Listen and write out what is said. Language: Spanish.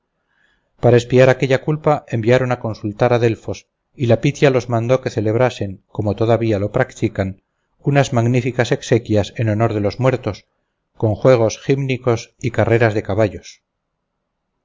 para expiar aquella culpa enviaron a consultar a delfos y la pitia los mandó que celebrasen como todavía lo practican unas magníficas exequias en honor de los muertos con juegos gímnicos y carreras de caballos